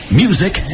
music